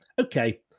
Okay